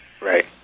Right